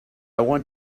want